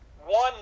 One